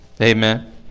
Amen